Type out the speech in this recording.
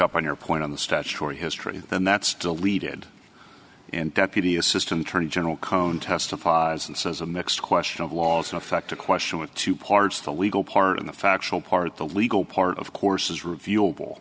up on your point on the statutory history then that's deleted and deputy assistant attorney general cone testifies and says a mixed question of laws in effect a question with two parts the legal part in the factual part the legal part of course is review